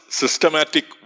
systematic